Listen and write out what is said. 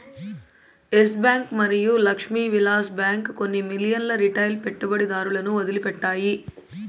yes Bank మరియు Lakshmi Vilas bank కొన్ని మిలియన్ల రిటైల్ పెట్టుబడిదారులను వదిలిపెట్టాయి